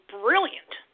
brilliant